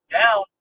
down